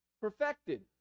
perfected